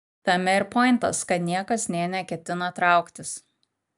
tame ir pointas kad niekas nė neketina trauktis